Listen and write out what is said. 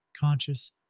conscious